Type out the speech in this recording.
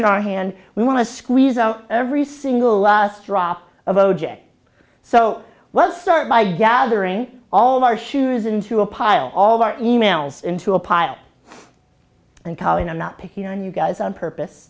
in our hand we want to squeeze out every single last drop of o j so well start by gathering all of our shoes into a pile all of our emails into a pile and colleen i'm not picking on you guys on purpose